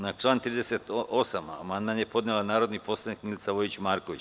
Na član 38. amandman je podnela narodni poslanik Milica Vojić Marković.